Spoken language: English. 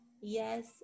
Yes